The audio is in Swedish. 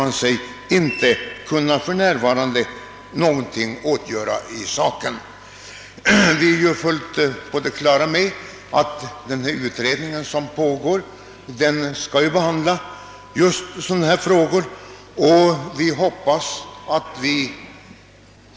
Vi som står bakom «det särskilda yttrandet är fullt på det klara med att den arbetande utredningen skall behandla sådana här frågor.